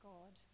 God